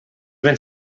ben